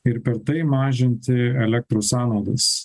ir per tai mažinti elektros sąnaudas